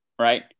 Right